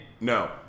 No